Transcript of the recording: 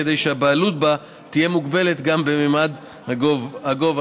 כדי שהבעלות בה תהיה מוגבלת גם בממד הגובה.